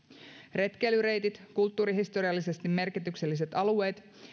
retkeilyreitit kulttuurihistoriallisesti merkitykselliset alueet